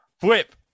Flip